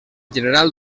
general